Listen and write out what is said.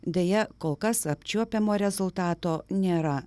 deja kol kas apčiuopiamo rezultato nėra